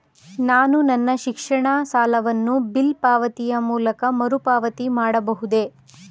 ನಾನು ನನ್ನ ಶಿಕ್ಷಣ ಸಾಲವನ್ನು ಬಿಲ್ ಪಾವತಿಯ ಮೂಲಕ ಮರುಪಾವತಿ ಮಾಡಬಹುದೇ?